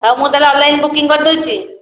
ହଁ ମୁଁ ତା'ହେଲେ ଅନଲାଇନ୍ ବୁକିଙ୍ଗ କରିଦେଉଛି